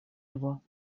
его